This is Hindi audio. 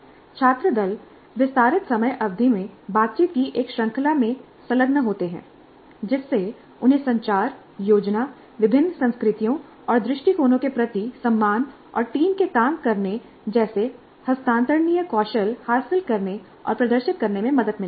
छात्र दल विस्तारित समय अवधि में बातचीत की एक श्रृंखला में संलग्न होते हैं जिससे उन्हें संचार योजना विभिन्न संस्कृतियों और दृष्टिकोणों के प्रति सम्मान और टीम के काम करने जैसे हस्तांतरणीय कौशल हासिल करने और प्रदर्शित करने में मदद मिलती है